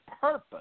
purpose